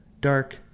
dark